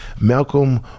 malcolm